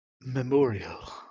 Memorial